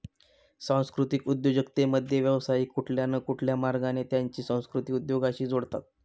सांस्कृतिक उद्योजकतेमध्ये, व्यावसायिक कुठल्या न कुठल्या मार्गाने त्यांची संस्कृती उद्योगाशी जोडतात